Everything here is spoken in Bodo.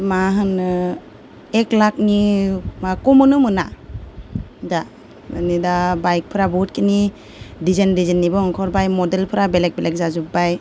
मा होनो एक लाखनि माबा खामावनो मोना दा माने दा बाइकफोरा बहुदखिनि दिजाइन दिजेननिबो ओंखारबाय मदेलफोरा बेलेग बेलेग जाजोब्बाय